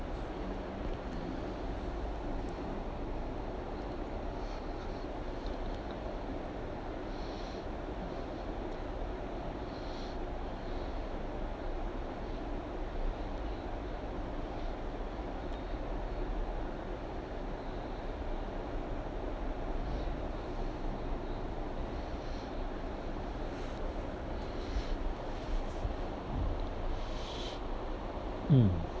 mm